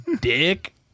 dick